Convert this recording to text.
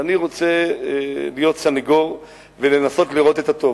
ואני רוצה להיות סניגור, ולנסות לראות את הטוב.